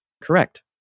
Correct